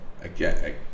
again